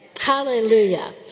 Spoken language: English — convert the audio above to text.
Hallelujah